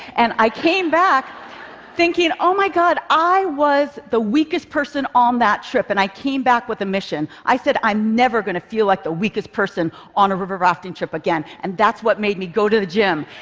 and i came back thinking, oh, my god, i was the weakest person on that trip. and i came back with a mission. i said, i'm never going to feel like the weakest person on a river-rafting trip again. and that's what made me go to the gym.